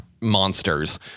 monsters